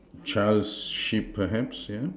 child sheep perhaps yeah